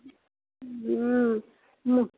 हुँ हुँ